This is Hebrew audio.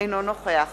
אינו נוכח